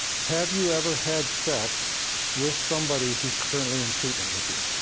have you ever had sex with somebody who's currently in treatment with you?